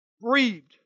breathed